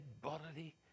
bodily